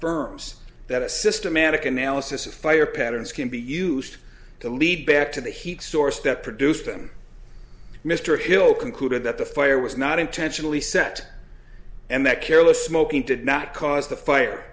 a systematic analysis of fire patterns can be used to lead back to the heat source that produced them mr hill concluded that the fire was not intentionally set and that careless smoking did not cause the fire